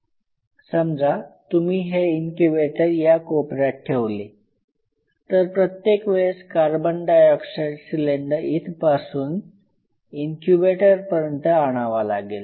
समजा तुम्ही हे इनक्यूबेटर या कोपऱ्यात ठेवले आहे तर प्रत्येक वेळेस कार्बन डाय ऑक्साइड सिलेंडर इथपासून प्रवेशद्वारापासून इनक्यूबेटरपर्यंत आणावा लागेल